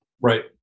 Right